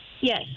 Yes